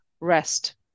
rest